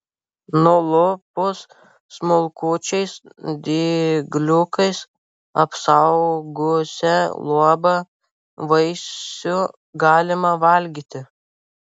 nulupus smulkučiais dygliukais apaugusią luobą vaisių galima valgyti